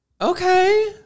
Okay